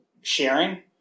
sharing